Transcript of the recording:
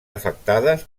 afectades